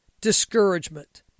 discouragement